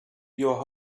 your